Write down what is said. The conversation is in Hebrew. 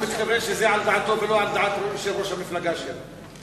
הוא מתכוון שזה על דעתו ולא על דעת יושב-ראש המפלגה שלו.